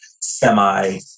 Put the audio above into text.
semi